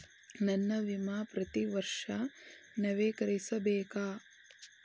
ನನ್ನ ವಿಮಾ ಪ್ರತಿ ವರ್ಷಾ ನವೇಕರಿಸಬೇಕಾ?